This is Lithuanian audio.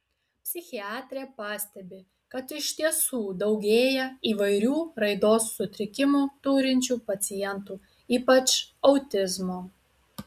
psichiatrė pastebi kad iš tiesų daugėja įvairių raidos sutrikimų turinčių pacientų ypač autizmo